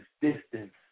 distance